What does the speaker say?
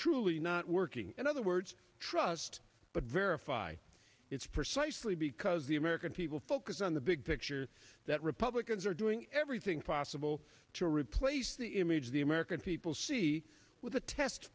truly not working in other words trust but verify it's precisely because the american people focus on the big picture that republicans are doing everything possible to replace the image the american people see with the test